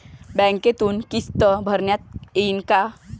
बँकेतून किस्त भरता येईन का?